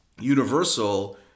Universal